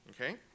okay